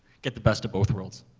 get the best of both worlds?